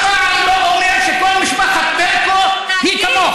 אני אף פעם לא אומר שכל משפחת ברקו היא כמוך,